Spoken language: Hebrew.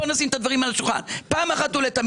בוא נשים את הדברים על השולחן, פעם אחת ולתמיד.